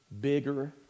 bigger